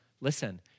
Listen